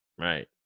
Right